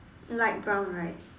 light brown right